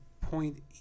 point